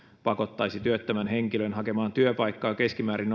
pakottaisi työttömän henkilön hakemaan työpaikkaa keskimäärin